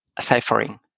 ciphering